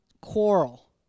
quarrel